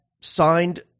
signed